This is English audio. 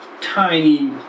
tiny